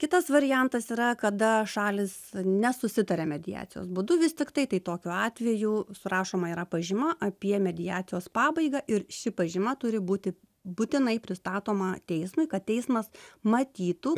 kitas variantas yra kada šalys nesusitaria mediacijos būdu vis tiktai tai tokiu atveju surašoma yra pažyma apie mediacijos pabaigą ir ši pažyma turi būti būtinai pristatoma teismui kad teismas matytų